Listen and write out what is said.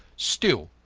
still,